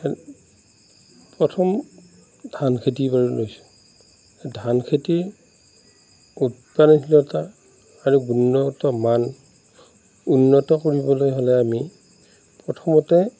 প্ৰথম ধান খেতি কৰোঁ নিশ্চয় ধান খেতি উৎপাদনশীলতা আৰু গুণগত মান উন্নত কৰিবলৈ হ'লে আমি প্ৰথমতে